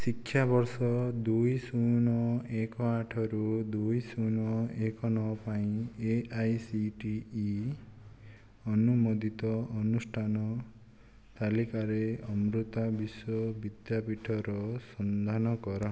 ଶିକ୍ଷାବର୍ଷ ଦୁଇ ଶୂନ ଏକ ଆଠ ରୁ ଦୁଇ ଶୂନ ଏକ ନଅ ପାଇଁ ଏଆଇସିଟିଇ ଅନୁମୋଦିତ ଅନୁଷ୍ଠାନ ତାଲିକାରେ ଅମୃତା ବିଶ୍ୱ ବିଦ୍ୟାପୀଠର ସନ୍ଧାନ କର